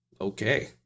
Okay